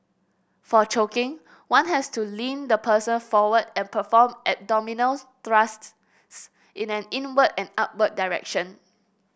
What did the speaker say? for choking one has to lean the person forward and perform abdominal thrusts in an inward and upward direction